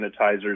sanitizers